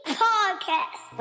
podcast